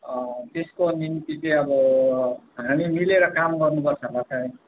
त्यसको निम्ति चाहिँ अब हामी मिलेर काम गर्नु पर्छ होला सायद